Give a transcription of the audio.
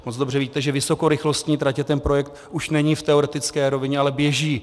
Moc dobře víte, že vysokorychlostní tratě, ten projekt už není v teoretické rovině, ale běží.